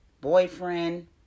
boyfriend